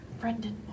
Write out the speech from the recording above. Brendan